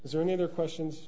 is there any other questions